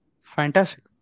fantastic